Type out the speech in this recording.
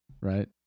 right